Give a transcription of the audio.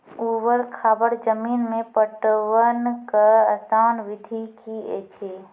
ऊवर खाबड़ जमीन मे पटवनक आसान विधि की ऐछि?